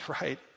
right